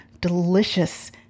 delicious